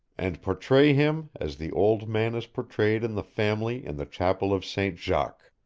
and portray him as the old man is portrayed in the family in the chapel of st. jacques